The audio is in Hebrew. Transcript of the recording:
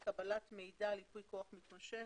קבלת מידע על ייפוי כוח מתמשך,